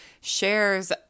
shares